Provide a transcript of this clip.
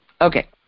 Okay